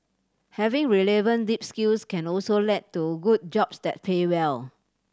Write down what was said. having relevant deep skills can also let to good jobs that pay well